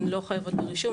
הן לא חייבות ברישום.